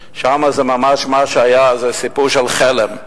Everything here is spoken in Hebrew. שם מה שהיה זה ממש סיפור של חלם.